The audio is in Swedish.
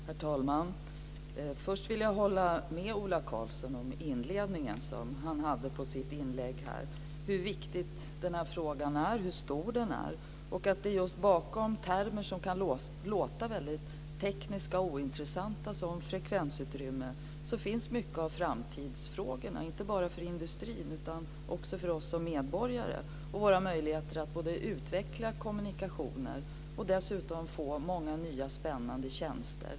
Herr talman! Först vill jag hålla med inledningen på Ola Karlssons inlägg, dvs. hur viktig och stor frågan är. Det är just bakom termer som kan låta väldigt tekniska och ointressanta, som frekvensutrymme, som framtidsfrågorna finns, inte bara för industrin utan också för oss som medborgare. Det gäller våra möjligheter att utveckla kommunikationer och dessutom få många nya spännande tjänster.